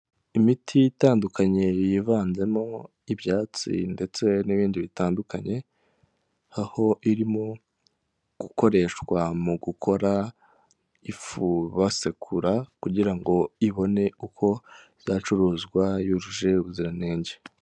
Imiti itandukanye yivanzemo ibyatsi ndetse n'ibindi bitandukanye aho irimo gukoreshwa mu gukora ifu basekura kugira ngo ibone uko izacuruzwa yujuje ubuziranenge.